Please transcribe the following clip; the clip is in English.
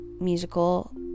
musical